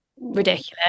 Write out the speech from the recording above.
ridiculous